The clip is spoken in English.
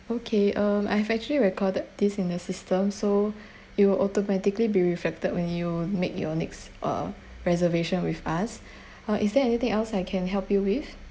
okay um I've actually recorded this in the system so it will automatically be reflected when you make your next uh reservation with us uh is there anything else I can help you with